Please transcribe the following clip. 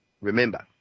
Remember